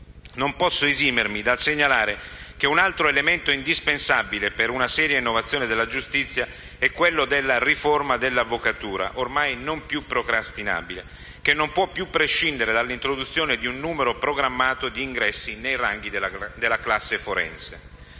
non posso esimermi dal segnalare che un altro elemento indispensabile per una seria innovazione della giustizia è quello della riforma dell'avvocatura (ormai non più procrastinabile), che non può più prescindere dall'introduzione di un numero programmato di ingressi nei ranghi della classe forense.